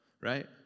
Right